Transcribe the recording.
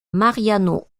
mariano